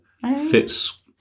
fits